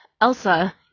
Elsa